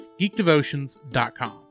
geekdevotions.com